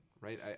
right